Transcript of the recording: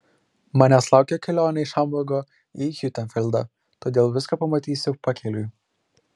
manęs laukia kelionė iš hamburgo į hiutenfeldą todėl viską pamatysiu pakeliui